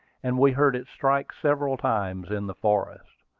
and we heard it strike several times in the forest.